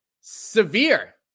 severe